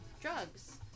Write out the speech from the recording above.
drugs